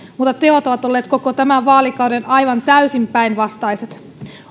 mutta teot ovat olleet koko tämän vaalikauden aivan täysin päinvastaiset